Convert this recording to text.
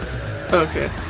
Okay